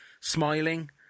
smiling